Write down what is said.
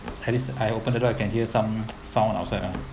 at least I open the door I can hear some sound lah outside lah